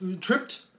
tripped